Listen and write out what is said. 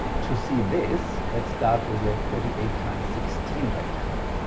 to see this let's start with a thirty eight times sixteen rectangle.